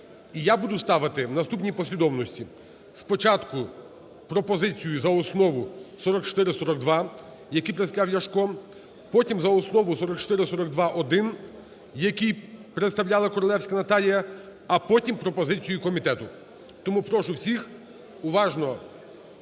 І я буду ставити в наступній послідовності. Спочатку пропозицію за основу 4442, який представив Ляшко, потім за основу 4442-1, який представляла Королевська Наталія, а потім пропозицію комітету. Тому прошу всіх уважно